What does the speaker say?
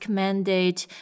mandate